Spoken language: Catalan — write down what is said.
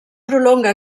prolonga